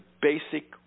basic